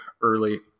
early